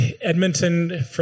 Edmonton